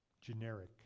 Generic